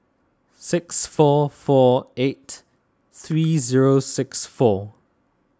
six four four eight three zero six four